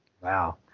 Wow